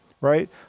right